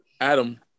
Adam